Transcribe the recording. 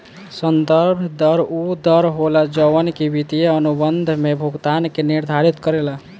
संदर्भ दर उ दर होला जवन की वित्तीय अनुबंध में भुगतान के निर्धारित करेला